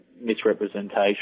misrepresentation